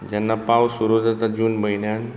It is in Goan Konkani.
जेन्ना पावस सुरू जाता जून म्हयन्यांत